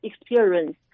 experience